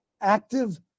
active